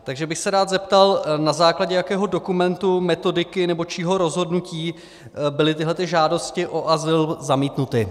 Takže bych se rád zeptal, na základě jakého dokumentu, metodiky nebo čího rozhodnutí byly tyto žádosti o azyl zamítnuty.